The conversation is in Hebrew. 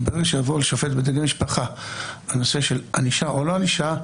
כי ברגע שיבוא לשופט בדיני משפחה הנושא של ענישה או לא ענישה,